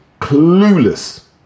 Clueless